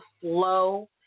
flow